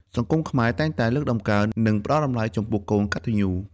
សង្គមខ្មែរតែងតែលើកតម្កើង និងផ្ដល់តម្លៃចំពោះកូនកត្ដញ្ញូ។